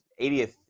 80th